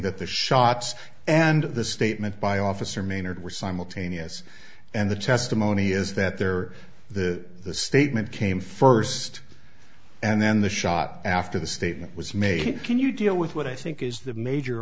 that the shots and the statement by officer maynard were simultaneous and the testimony is that there the statement came first and then the shot after the statement was made can you deal with what i think is the major